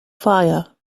fire